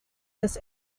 this